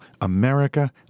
America